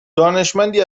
دانشمندی